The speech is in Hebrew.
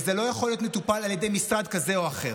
וזה לא יכול להיות מטופל על ידי משרד כזה או אחר.